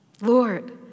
Lord